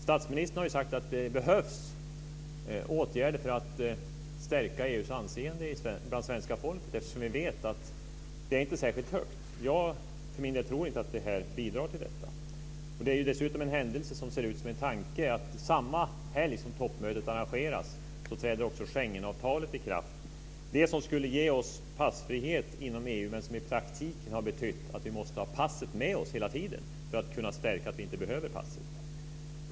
Statsministern har sagt att det behövs åtgärder för att stärka EU:s anseende hos svenska folket, eftersom vi vet att det inte är särskilt högt. Jag för min del tror inte att detta bidrar till det. Samma helg som toppmötet arrangeras träder också Schengenavtalet i kraft. Det är en händelse som ser ut som en tanke. Schengenavtalet skulle ge oss passfrihet inom EU men betyder i praktiken att vi måste ha passet med oss hela tiden, för att kunna styrka att vi inte behöver det.